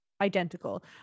identical